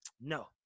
No